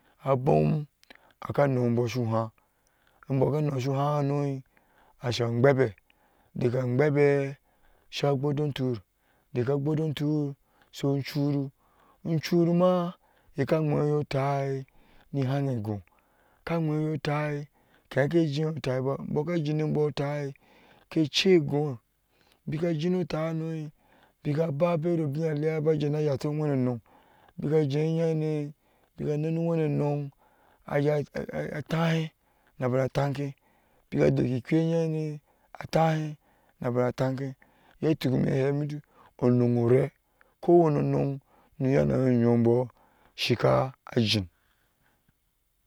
Abom akanobɔ soha enbo ka nosaha hanoi asha gbwebe dekan gwebe sha gbodontur dekan gbodontur sai ochuru inchuruma yeka hweeye otaa ni hanego, ka hweeye otai ke hakke ji otaba bɔ ka jine bɔta keceegoo, bika sine otahano wenenon bika hjei yihane bika neni wenenon aja aaa tahe nabana tanke bika dokki apwinye hane atahe nabane tanke, yotuk mehe meti onun ore ko wani onun mo yanayi oyyonbɔ shika ajin.